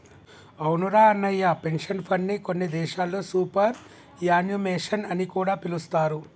అవునురా అన్నయ్య పెన్షన్ ఫండ్ని కొన్ని దేశాల్లో సూపర్ యాన్యుమేషన్ అని కూడా పిలుస్తారు